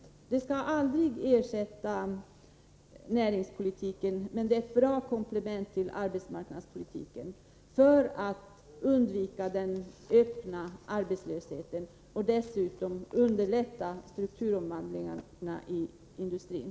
Arbetsmarknadspolitiken kan aldrig ersätta näringspolitiken, men den kan vara ett bra komplement för att undvika den öppna arbetslösheten och dessutom underlätta strukturomvandlingarna inom industrin.